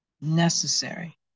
necessary